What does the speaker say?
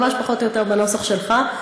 ממש פחות או יותר בנוסח שלך,